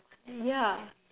yeah